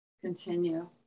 continue